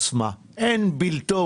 אין בלתו,